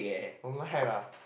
don't lie lah